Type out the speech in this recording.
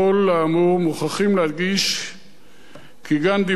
מוכרחים להדגיש כי גנדי מעולם לא הצטייר